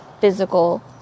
physical